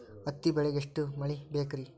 ಹತ್ತಿ ಬೆಳಿಗ ಎಷ್ಟ ಮಳಿ ಬೇಕ್ ರಿ?